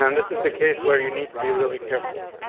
and this is the case where you need to be really careful.